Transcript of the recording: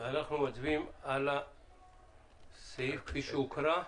אנחנו מצביעים על הסעיף כפי שהוקרא.